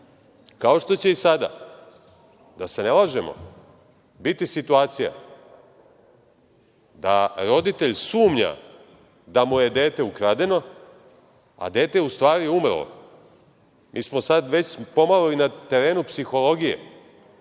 kao što će i sada. Da se ne lažemo, biti situacija, da roditelj sumnja da mu je dete ukradeno, a dete je u stvari umrlo. Mi smo sad već pomalo i na terenu psihologije.